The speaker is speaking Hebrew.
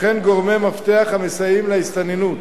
וכן גורמי מפתח המסייעים להסתננות